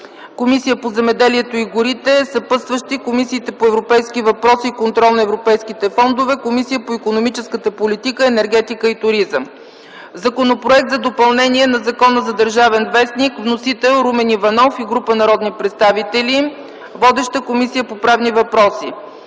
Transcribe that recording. Комисията по земеделието и горите. Съпътстващи - Комисията по европейските въпроси и контрол на европейските фондове и Комисията по икономическата политика, енергетика и туризъм; - Законопроект за допълнение на Закона за „Държавен вестник”. Вносител – Румен Иванов и група народни представители. Водеща е Комисията по правни въпроси;